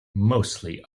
mostly